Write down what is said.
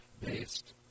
based